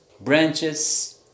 branches